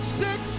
six